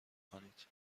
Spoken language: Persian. کنید